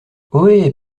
ohé